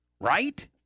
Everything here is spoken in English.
right